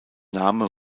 name